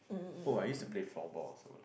oh I used to play floorball also